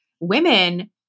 women